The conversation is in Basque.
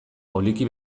poliki